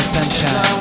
Sunshine